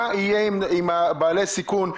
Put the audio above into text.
מה יהיה עם בעלי סיכון,